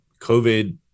COVID